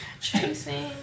chasing